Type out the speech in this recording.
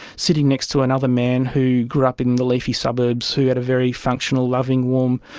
sitting next to another man who grew up in the leafy suburbs who had a very functional, loving, warm,